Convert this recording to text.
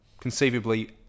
conceivably